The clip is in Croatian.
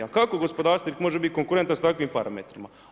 A kako gospodarstvenik može biti konkurentan sa takvim parametrima?